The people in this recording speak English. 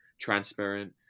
transparent